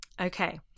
Okay